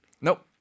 Nope